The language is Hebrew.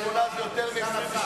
אתה יודע, 28 זה יותר מ-27.